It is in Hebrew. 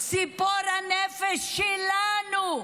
ציפור הנפש שלנו.